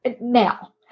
now